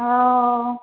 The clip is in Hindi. हाँ